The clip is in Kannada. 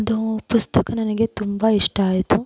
ಅದು ಪುಸ್ತಕ ನನಗೆ ತುಂಬ ಇಷ್ಟ ಆಯಿತು